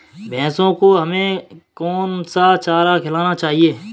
भैंसों को हमें कौन सा चारा खिलाना चाहिए?